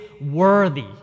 worthy